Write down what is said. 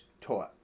taught